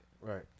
Right